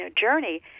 journey